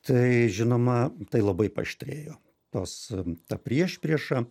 tai žinoma tai labai paaštrėjo tos ta priešprieša